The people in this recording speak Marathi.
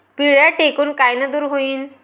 पिढ्या ढेकूण कायनं दूर होईन?